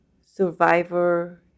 survivor